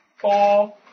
Four